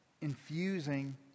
infusing